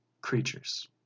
creatures